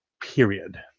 period